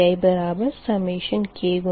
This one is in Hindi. Pik1n